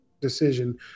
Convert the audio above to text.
decision